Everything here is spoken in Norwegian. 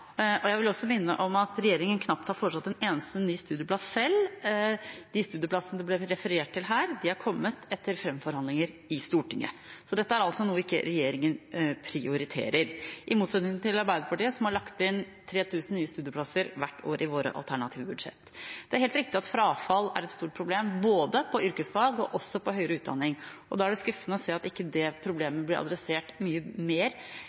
Jeg vil også minne om at regjeringen knapt har foreslått en eneste ny studieplass. De studieplassene det ble referert til her, har kommet etter framforhandlinger i Stortinget. Dette er altså ikke noe regjeringen prioriterer, i motsetning til Arbeiderpartiet som har lagt inn 3 000 nye studieplasser hvert år i våre alternative budsjett. Det er helt riktig at frafall er et stort problem, både innen yrkesfag og innen høyere utdanning. Da er det skuffende å se at det problemet ikke blir adressert mye mer